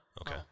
Okay